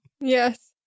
Yes